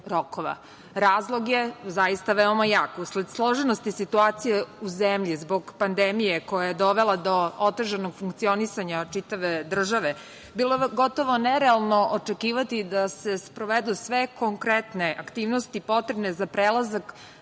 Razlog je zaista veoma jak. Usled složenosti situacije u zemlji zbog pandemije koja je dovela do otežanog funkcionisanja čitave države bilo je gotovo nerealno očekivati da se sprovedu sve konkretne aktivnosti potrebne za prelazak